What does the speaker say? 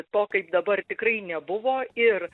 to kaip dabar tikrai nebuvo ir